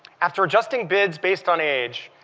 after adjusting bids based on age,